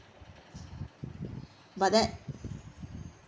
but that